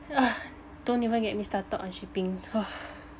ugh don't even get me started on shipping ugh